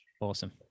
Awesome